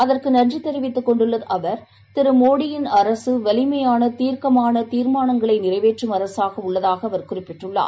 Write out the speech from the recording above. அதறகுநன்றிதெரிவித்துக் கொண்டுள்ளஅவர் மோடபின் திரு அரசுவலிமையானதீர்க்கமானதீர்மானங்களைநிறைவேற்றும் அரசாகஉள்ளதாகஅவர் குறிப்பிட்டுள்ளார்